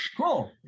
cool